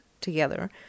together